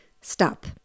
Stop